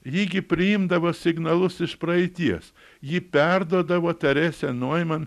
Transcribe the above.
ji gi priimdavo signalus iš praeities ji perduodavo teresė noiman